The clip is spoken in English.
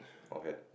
forehead